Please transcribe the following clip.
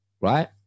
right